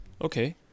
Okay